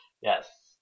Yes